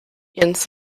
jens